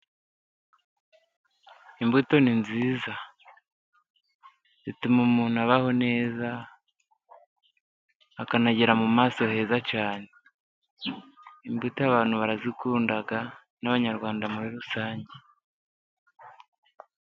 Imbuto ni nziza. Zituma umuntu abaho neza, akanagira mu maso heza cyane. Imbuto abantu barazikunda, n'abanyarwanda muri rusange.